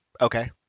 okay